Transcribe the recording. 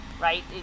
right